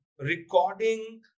recording